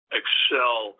excel